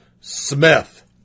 Smith